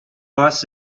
was